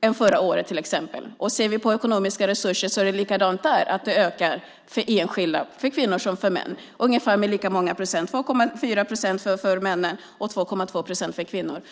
än förra året. Ser vi på ekonomiska resurser är det likadant - de ökar för enskilda, både för kvinnor och för män, med ungefär lika många procent. Det handlar om 2,4 procent för män och 2,2 procent för kvinnor.